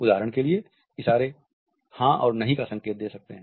उदाहरण के लिए इशारे हाँ और नहीं का संकेत देते हैं